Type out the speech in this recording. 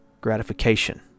gratification